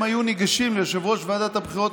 אם היו ניגשים ליושב-ראש ועדת הבחירות